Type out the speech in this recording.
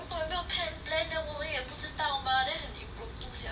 如果你不要看 then 我也知道 mah then 你 working sia